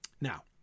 Now